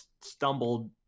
stumbled